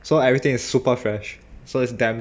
so everything is super fresh so it's damn good